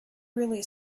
really